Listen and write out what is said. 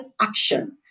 action